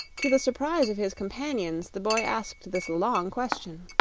to the surprise of his companions, the boy asked this long question